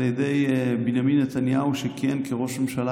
ידי בנימין נתניהו כשכיהן כראש ממשלה,